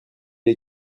est